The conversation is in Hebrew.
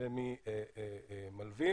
וממלווים